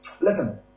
Listen